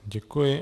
Děkuji.